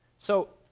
so